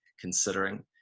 considering